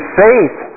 faith